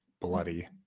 bloody